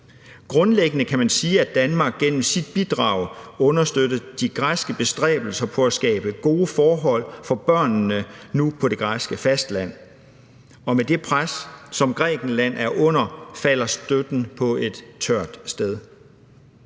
Grundlæggende kan man sige, at Danmark gennem sit bidrag understøtter de græske bestræbelser på at skabe gode forhold for børnene nu på det græske fastland. Og med det pres, som Grækenland er under, falder støtten på et tørt sted.